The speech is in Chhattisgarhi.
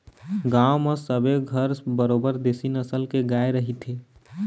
गांव म सबे घर बरोबर देशी नसल के गाय रहिथे